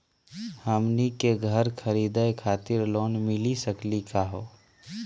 हमनी के घर खरीदै खातिर लोन मिली सकली का हो?